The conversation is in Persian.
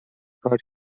کار